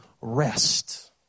rest